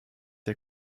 der